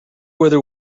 whether